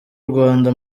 rwanda